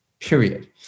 period